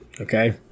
okay